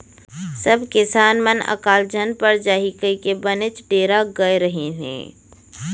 सब किसान मन अकाल झन पर जाही कइके बनेच डेरा गय रहिन हें